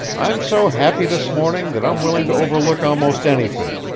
i'm so happy this morning that i'm willing to overlook almost anything.